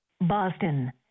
Boston